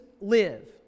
live